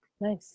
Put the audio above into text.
Nice